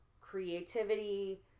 creativity